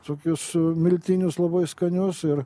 tokius miltinius labai skanius ir